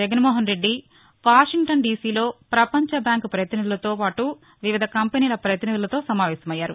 Jaganmohan Reddy Washington డీసీలో ప్రపంచ bank ప్రపతినిధులతో పాటు వివిధ కంపెనీల ప్రతినిధులతో సమావేశమయ్యారు